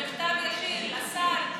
במכתב ישיר לשר,